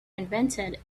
invented